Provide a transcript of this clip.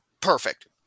perfect